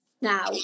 now